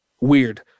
weird